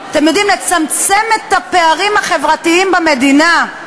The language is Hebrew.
אתם יודעים, לצמצם את הפערים החברתיים במדינה.